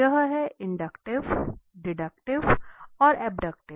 यह है inductive deductive और अब्डक्टिव